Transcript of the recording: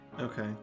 Okay